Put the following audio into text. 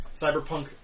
Cyberpunk